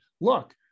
look